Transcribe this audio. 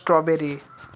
strawberry